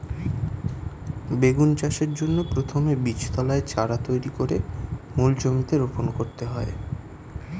বেগুন চাষের জন্য প্রথমে বীজতলায় চারা তৈরি করে মূল জমিতে রোপণ করতে হয়